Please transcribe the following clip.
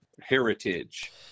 heritage